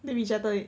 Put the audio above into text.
they rejected it